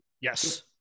Yes